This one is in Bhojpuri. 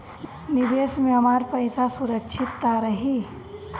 निवेश में हमार पईसा सुरक्षित त रही?